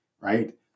right